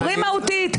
דברי מהותית.